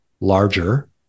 larger